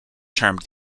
termed